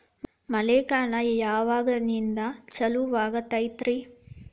ಮಳೆಗಾಲ ಯಾವಾಗಿನಿಂದ ಚಾಲುವಾಗತೈತರಿ?